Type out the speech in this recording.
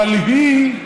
אבל היא,